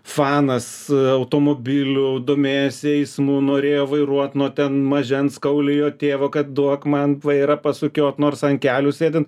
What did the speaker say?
fanas automobilių domėjosi eismu norėjo vairuot nuo ten mažens kaulijo tėvą kad duok man vairą pasukiot nors ant kelių sėdint